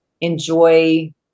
enjoy